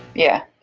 yeah,